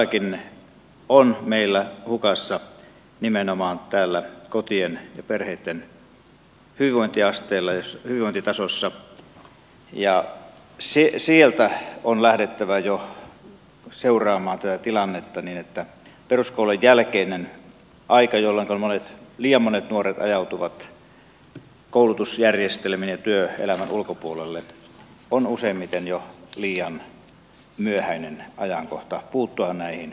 jotakin on meillä hukassa nimenomaan täällä kotien ja perheitten hyvinvointitasossa ja sieltä on lähdettävä jo seuraamaan tätä tilannetta koska peruskoulun jälkeinen aika jolloin liian monet nuoret ajautuvat koulutusjärjestelmien ja työelämän ulkopuolelle on useimmiten jo liian myöhäinen ajankohta puuttua näihin